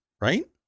right